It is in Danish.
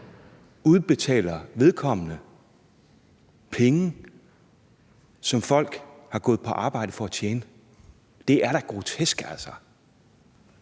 udbetaler vedkommende penge, som folk har gået på arbejde for at tjene. Det er da grotesk. Kl.